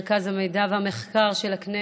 מרכז המחקר והמידע של הכנסת,